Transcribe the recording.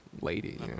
lady